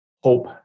hope